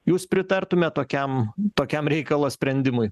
jūs pritartumėt tokiam tokiam reikalo sprendimui